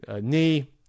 knee